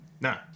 No